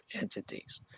entities